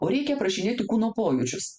o reikia aprašinėti kūno pojūčius